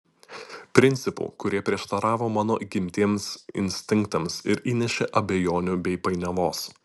principų kurie prieštaravo mano įgimtiems instinktams ir įnešė abejonių bei painiavos